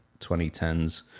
2010s